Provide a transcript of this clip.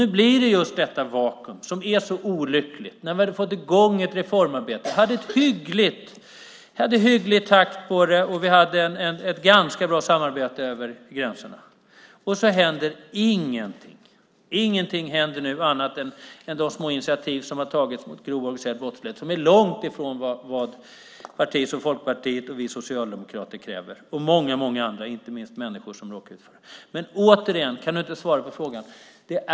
Nu blir det just det vakuum som är så olyckligt. Vi hade ju fått i gång ett reformarbete och hade en hygglig takt där. Vi hade också ett ganska bra samarbete över gränserna. Men sedan händer ingenting annat än de små initiativ som tagits mot den grova organiserade brottsligheten och som är långt ifrån vad Folkpartiet, vi socialdemokrater och många många andra, inte minst de människor som råkar ut för den grova organiserade brottsligheten, kräver. Återigen undrar jag om du inte kan ge ett svar.